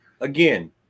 Again